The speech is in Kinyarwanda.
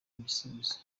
igisubizo